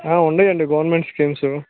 ఉండయండీ government schemes